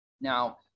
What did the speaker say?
Now